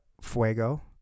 Fuego